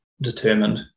determined